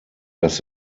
das